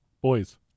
Boys